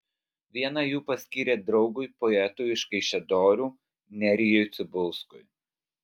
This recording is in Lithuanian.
vieną jų paskyrė draugui poetui iš kaišiadorių nerijui cibulskui